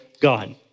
God